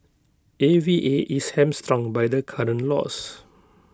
A V A is hamstrung by the current laws